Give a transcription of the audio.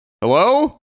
Hello